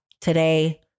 today